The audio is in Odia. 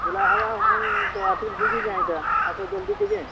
ଖୁଲା ହେବା ମୁଇଁ ତ ଆସିକରି ଯିବି କାଁ ଏଇଟା ଆସ ଜଲ୍ଦି ଟିକେ